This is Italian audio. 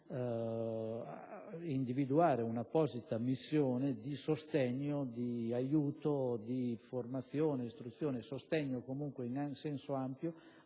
individuare un'apposita missione di sostegno, di aiuto, di formazione, di istruzione, insomma di sostegno in senso ampio,